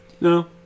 no